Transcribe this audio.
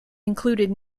included